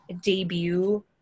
debut